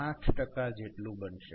8 જેટલું બનશે